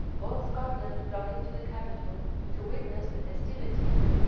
all scotland flocking to the capital to witness the festivities.